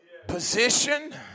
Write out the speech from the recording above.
Position